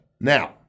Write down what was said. Now